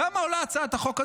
כמה עולה הצעת החוק הזו?